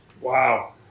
Wow